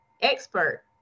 expert